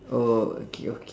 oh okay okay